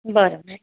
बरं